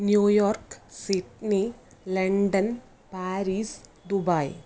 New York Sydney London Paris Dubai